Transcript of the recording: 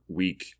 week